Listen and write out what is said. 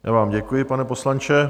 Já vám děkuji, pane poslanče.